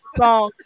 song